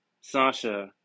Sasha